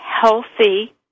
healthy